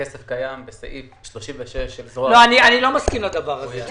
הכסף קיים בסעיף 36. לא, אני לא מסכים לדבר הזה.